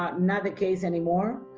not not the case anymore.